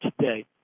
today